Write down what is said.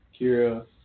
Kira